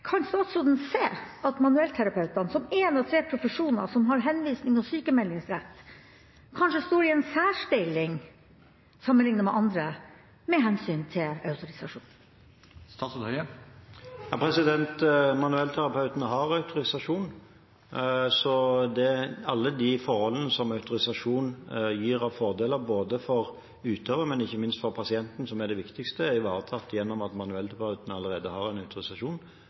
Kan statsråden se at manuellterapeutene, som én av tre profesjoner som har henvisnings- og sykmeldingsrett, kanskje står i en særstilling sammenliknet med andre med hensyn til autorisasjon? Manuellterapeutene har autorisasjon, så alle de forholdene som autorisasjon gir av fordeler for utøver, men ikke minst for pasienten – som er det viktigste – er ivaretatt gjennom at manuellterapeuten allerede har en